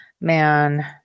Man